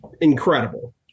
incredible